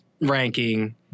ranking